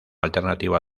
alternativa